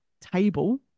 table